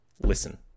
Listen